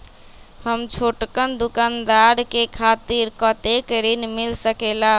हम छोटकन दुकानदार के खातीर कतेक ऋण मिल सकेला?